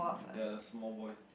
their the small boy